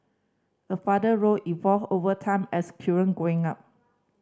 a father role evolve over time as children grow up